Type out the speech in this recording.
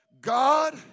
God